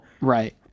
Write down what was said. Right